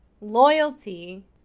loyalty